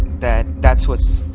that that's what's,